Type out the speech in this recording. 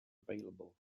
available